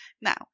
now